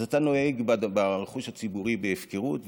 אז אתה נוהג ברכוש הציבורי בהפקרות.